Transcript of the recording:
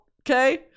Okay